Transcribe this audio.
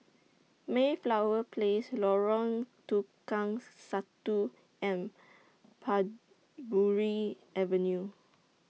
Mayflower Place Lorong Tukang Satu and Parbury Avenue